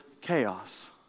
chaos